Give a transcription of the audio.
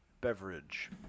beverage